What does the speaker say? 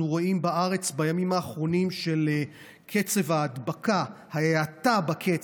רואים בארץ בימים האחרונים של קצב ההדבקה האטה בקצב,